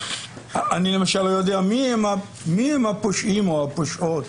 אני למשל לא יודע מי הם הפושעים או הפושעות.